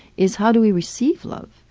is how do we receive love?